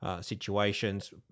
situations